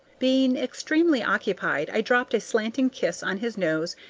being extremely occupied, i dropped a slanting kiss on his nose,